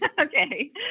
okay